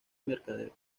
mercadeo